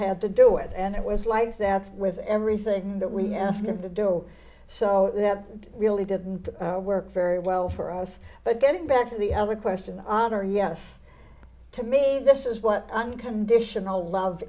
had to do it and it was like there was everything that we asked him to do so that really didn't work very well for us but getting back to the other question on our yes to me this is what unconditional love